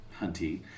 hunty